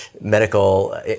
medical